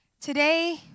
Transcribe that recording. Today